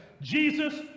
Jesus